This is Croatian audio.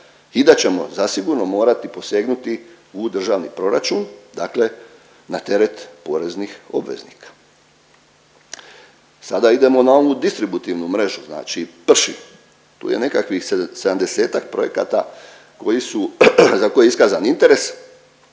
i da ćemo zasigurno morati posegnuti u državni proračun, dakle na teret poreznih obveznika. Sada idemo na ovu distributivnu mrežu, znači PRŠI, tu je nekakvih 70-tak projekata koji su, za koje je iskazan interes,